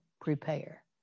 prepare